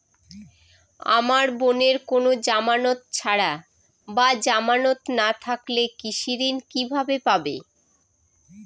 আমার বোনের কোন জামানত ছাড়া বা জামানত না থাকলে কৃষি ঋণ কিভাবে পাবে?